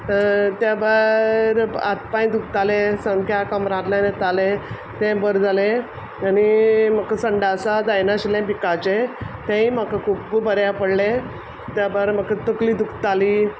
त्या भायर हातपांय दुखताले समक्या कमरांतल्यान येतालें तें बर जालें आनी म्हाक संडासा जाय नाशिल्लें बिकाचें तेंय म्हाक खुब्ब बऱ्या पडलें त्या भायर म्हाक तकली दुखताली